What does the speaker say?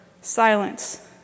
Silence